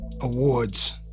awards